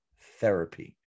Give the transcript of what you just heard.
therapy